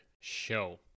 show